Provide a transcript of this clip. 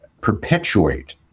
perpetuate